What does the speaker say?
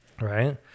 right